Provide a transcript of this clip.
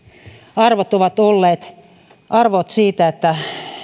arvot ovat olleet arvot siitä että